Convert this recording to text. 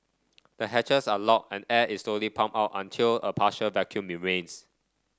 the hatches are locked and air is slowly pumped out until a partial vacuum remains